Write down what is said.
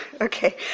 Okay